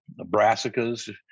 brassicas